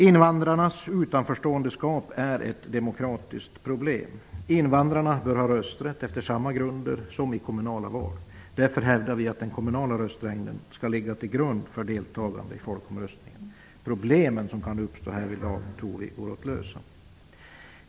Invandrarnas utanförståendeskap är ett demokratiskt problem. Invandrarna bör ha rösträtt efter samma grunder som i kommunala val. Därför hävdar vi att den kommunala röstlängden skall ligga till grund för deltagande i folkomröstningen. Problemen som kan uppstå härvidlag tror vi går att lösa.